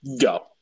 go